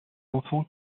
enfants